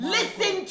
Listen